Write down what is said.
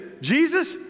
Jesus